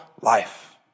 life